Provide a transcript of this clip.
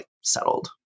settled